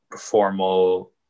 formal